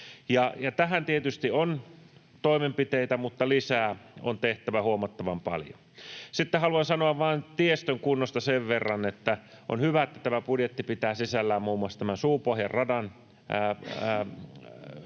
Tähän tietysti on toimenpiteitä, mutta lisää on tehtävä huomattavan paljon. Sitten haluan sanoa tiestön kunnosta vain sen verran, että on hyvä, että tämä budjetti pitää sisällään muun muassa tämän Suupohjan radan